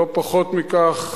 לא פחות מכך,